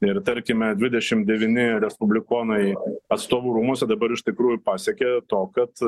ir tarkime dvidešim devyni respublikonai atstovų rūmuose dabar iš tikrųjų pasiekė to kad